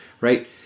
Right